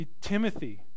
Timothy